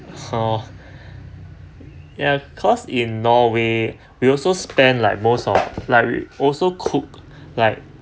oh ya cause in norway we also spend like most of like we also cook like